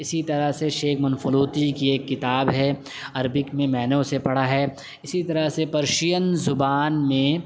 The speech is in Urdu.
اسی طرح سے شیخ منفلوطی کی ایک کتاب ہے عربک میں میں نے اسے پڑھا ہے اسی طرح سے پرشین زبان میں